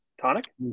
Tonic